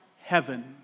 heaven